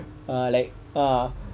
err like err